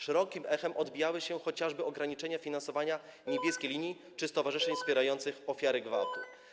Szerokim echem odbiły się chociażby ograniczenia w finansowaniu Niebieskiej Linii czy stowarzyszeń wspierających ofiary gwałtu.